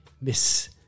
Miss